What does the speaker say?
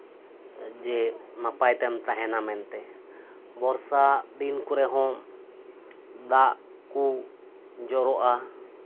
ᱡᱮᱹ ᱱᱟᱯᱟᱭ ᱛᱮᱢ ᱛᱟᱦᱮᱱᱟ ᱢᱮᱱᱛᱮ ᱵᱚᱨᱥᱟ ᱫᱤᱱ ᱠᱚᱨᱮ ᱦᱚᱸ ᱫᱟᱜ ᱠᱚ ᱡᱚᱨᱚᱜᱼᱟ